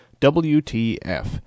WTF